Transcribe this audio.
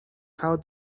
how